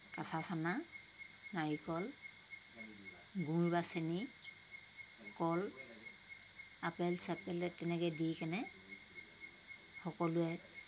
কাঁচা চানা নাৰিকল গুৰ বা চেনি কল আপেল চাপেল তেনেকৈ দি কেনে সকলোৱে